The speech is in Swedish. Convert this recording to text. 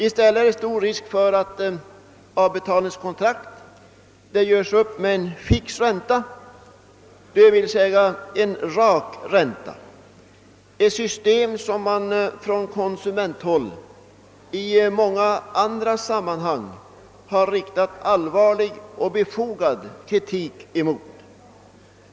I stället är det stor risk för att avbetalningskontraktet görs upp med en fix ränta, d.v.s. en rak ränta — ett system som man från konsumenthåll i många andra sammanhang riktat allvarlig och befogad kritik mot.